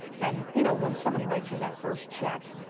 and you know, when somebody writes you that first check,